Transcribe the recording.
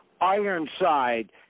Ironside